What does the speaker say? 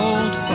Old